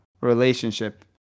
relationship